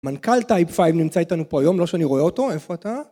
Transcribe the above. מנכ"ל טייפ פייב נמצא איתנו פה היום, לא שאני רואה אותו, איפה אתה?